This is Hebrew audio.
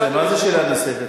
מה זה, מה זה "שאלה נוספת"?